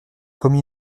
commis